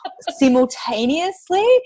simultaneously